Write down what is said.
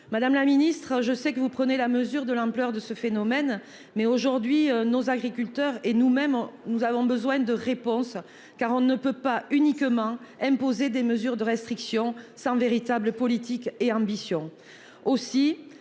Madame la Ministre. Je sais que vous prenez la mesure de l'ampleur de ce phénomène mais aujourd'hui nos agriculteurs et nous-mêmes. Nous avons besoin de réponses, car on ne peut pas uniquement imposer des mesures de restriction sans véritable politiques et ambitions